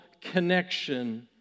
connection